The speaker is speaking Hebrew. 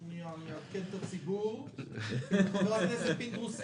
סליחה שקטעתי את -- חבר הכנסת פינדרוס,